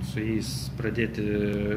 su jais pradėti